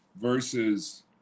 versus